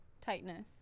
tightness